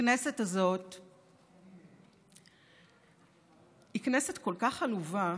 הכנסת הזאת היא כנסת כל כך עלובה.